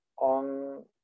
on